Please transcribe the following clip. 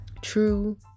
true